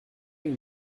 you